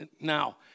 Now